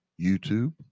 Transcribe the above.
YouTube